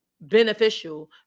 beneficial